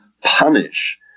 punish